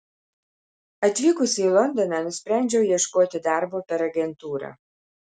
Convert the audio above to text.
atvykusi į londoną nusprendžiau ieškoti darbo per agentūrą